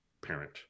parent